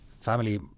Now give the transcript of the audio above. Family